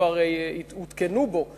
כבר הותקנו בו חסכמים,